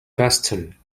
gaston